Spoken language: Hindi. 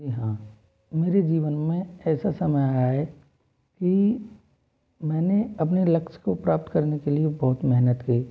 जी हाँ मेरे जीवन में ऐसा समय आया है कि मैंने अपने लक्ष्य को प्राप्त करने के लिए बहुत मेहनत की